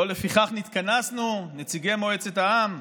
לא לפיכך נתכנסנו, נציגי מועצת העם?